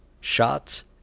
shots